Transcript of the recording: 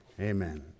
Amen